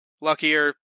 Luckier